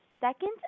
second